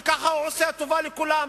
וככה הוא עושה טובה לכולם.